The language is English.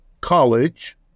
College